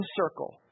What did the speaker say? circle